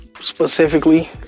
specifically